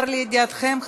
לידיעתכם,